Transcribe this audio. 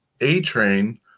A-Train